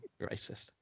Racist